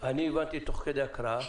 "לול חדש" כהגדרתו בתקנה 1,